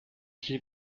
sie